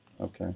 Okay